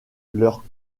leur